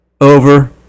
over